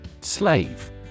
Slave